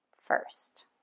first